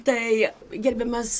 tai gerbiamas